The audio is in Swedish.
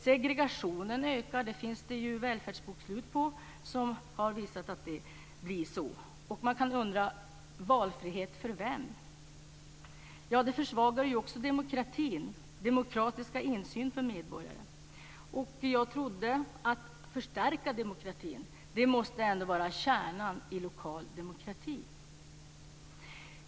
Segregationen ökar, det har ju visat sig i det välfärdsbokslut som finns. Man kan undra: Valfrihet för vem? Det försvagar också demokratin, den demokratiska insynen för medborgare. Jag trodde att detta att förstärka demokratin ändå måste vara kärnan i lokal demokrati.